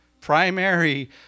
primary